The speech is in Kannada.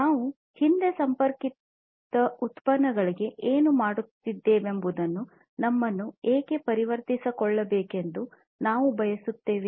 ನಾವು ಹಿಂದೆ ಸಂಪರ್ಕಿತ ಉತ್ಪನ್ನಗಳಿಗೆ ಏನು ಮಾಡುತ್ತಿದ್ದೇವೆಂಬುದರಿಂದ ನಮ್ಮನ್ನು ಏಕೆ ಪರಿವರ್ತಿಸಿಕೊಳ್ಳಬೇಕೆಂದು ನಾವು ಬಯಸುತ್ತೇವೆ